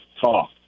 talk